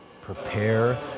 prepare